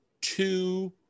two